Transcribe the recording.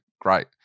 great